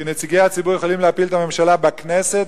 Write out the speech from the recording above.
כי נציגי הציבור יכולים להפיל את הממשלה בכנסת